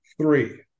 three